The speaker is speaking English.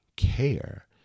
care